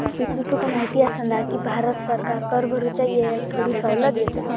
पिंटू तुका माहिती आसा ना, की भारत सरकार कर भरूच्या येळेक थोडी सवलत देता